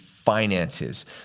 finances